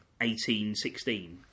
1816